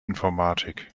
informatik